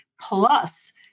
plus